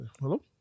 hello